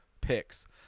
picks